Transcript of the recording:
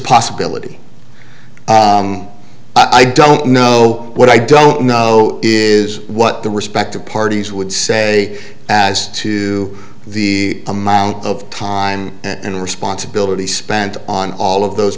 possibility i don't know what i don't know is what the respective parties would say as to the amount of time and responsibility spent on all of those